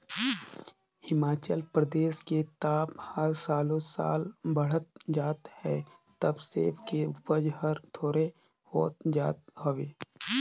हिमाचल परदेस के ताप हर सालो साल बड़हत जात हे त सेब के उपज हर थोंरेह होत जात हवे